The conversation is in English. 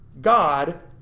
God